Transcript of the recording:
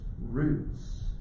roots